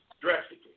drastically